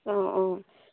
অঁ অঁ